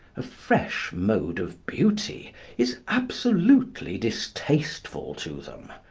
a fresh mode of beauty is absolutely distasteful to them,